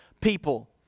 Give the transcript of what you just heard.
people